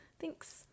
Thanks